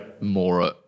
more